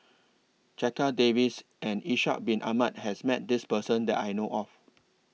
Checha Davies and Ishak Bin Ahmad has Met This Person that I know of